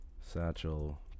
Satchel